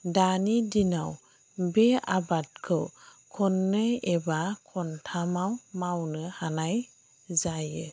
दानि दिनाव बे आबादखौ खननै एबा खनथामाव मावनो हानाय जायो